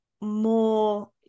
more